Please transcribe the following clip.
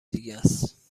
دیگهس